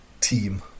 team